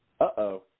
Uh-oh